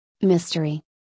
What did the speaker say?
mystery